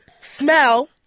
smell